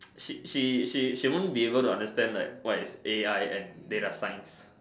she she she won't be able to understand like what is A I and data science